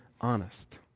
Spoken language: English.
honest